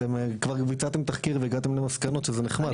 אתם כבר ביצעתם תחקיר והגעתם למסקנות שזה נחמד.